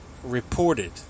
Reported